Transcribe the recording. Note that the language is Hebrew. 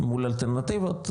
מול אלטרנטיבות,